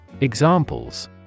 Examples